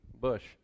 bush